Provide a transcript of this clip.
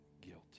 guilty